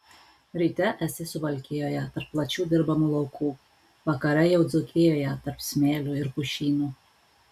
ryte esi suvalkijoje tarp plačių dirbamų laukų vakare jau dzūkijoje tarp smėlių ir pušynų